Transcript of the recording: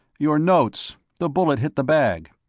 your notes. the bullet hit the bag.